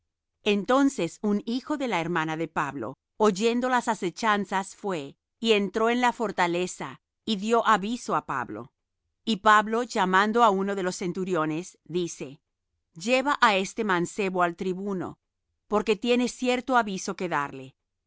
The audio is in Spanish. entonces un hijo de la hermana de pablo oyendo las asechanzas fué y entró en la fortaleza y dió aviso á pablo y pablo llamando á uno de los centuriones dice lleva á este mancebo al tribuno porque tiene cierto aviso que darle